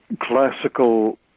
classical